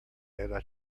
era